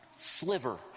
Sliver